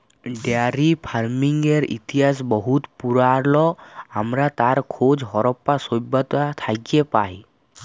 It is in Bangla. ডেয়ারি ফারমিংয়ের ইতিহাস বহুত পুরাল আমরা তার খোঁজ হরপ্পা সভ্যতা থ্যাকে পায়